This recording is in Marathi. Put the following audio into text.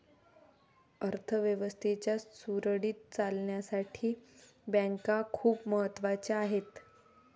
अर्थ व्यवस्थेच्या सुरळीत चालण्यासाठी बँका खूप महत्वाच्या आहेत